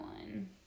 one